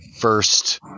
first –